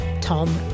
Tom